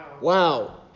Wow